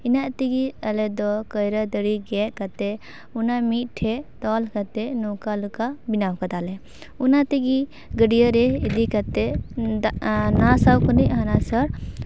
ᱚᱱᱟ ᱛᱮᱜᱮ ᱟᱞᱮ ᱫᱚ ᱠᱟᱭᱨᱟ ᱫᱟᱨᱮ ᱜᱮᱛ ᱠᱟᱛᱮ ᱚᱱᱟ ᱢᱤᱫ ᱴᱷᱮᱡ ᱛᱚᱞ ᱠᱟᱛᱮ ᱱᱚᱝᱠᱟ ᱞᱮᱠᱟ ᱵᱮᱱᱟᱣ ᱠᱟᱫᱟᱞᱮ ᱚᱱᱟ ᱛᱮᱜᱮ ᱜᱟᱹᱰᱭᱟᱹ ᱨᱮ ᱤᱫᱤ ᱠᱟᱛᱮ ᱱᱚᱣᱟ ᱥᱟᱜ ᱠᱷᱚᱱᱤᱜ ᱦᱟᱱᱟᱥᱟᱜ